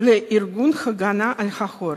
לארגון הגנה על העורף.